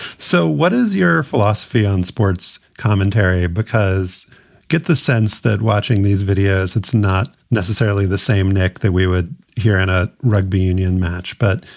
so what is your philosophy on sports commentary? because get the sense that watching these videos, it's not necessarily the same neck that we were here in a rugby union match. but,